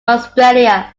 australia